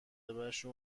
منوکشت